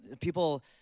people